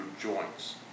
joints